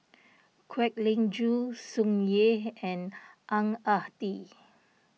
Kwek Leng Joo Tsung Yeh and Ang Ah Tee